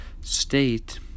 State